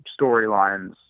storylines